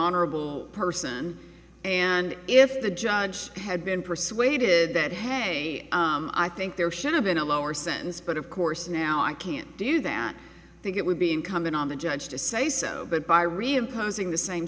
honorable person and if the judge had been persuaded that had a i think there should have been a lower sentence but of course now i can't do that i think it would be incumbent on the judge to say so but by reimposing the same